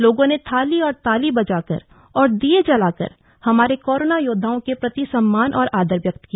लोगों ने थाली और ताली बजाकर और दीये जलाकर हमारे कोरोना योद्वाओं के प्रति सम्मान और आदर व्यक्त किया